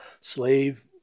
slave